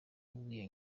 w’iyo